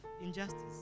injustice